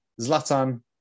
Zlatan